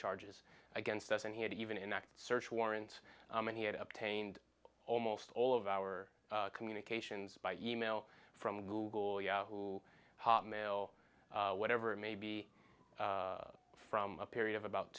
charges against us and he had even in fact search warrants and he had obtained almost all of our communications by e mail from google yahoo hotmail whatever it may be from a period of about